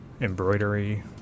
embroidery